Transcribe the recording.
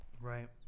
Right